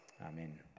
Amen